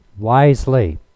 wisely